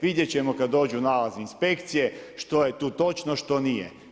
Vidjeti ćemo kada dođu nalazi inspekcije što je tu točno što nije.